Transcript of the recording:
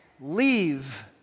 leave